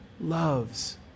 loves